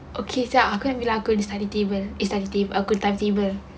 okay saat aku ambil lagu dari study table it's timetable aku ada timetable